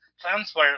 transfer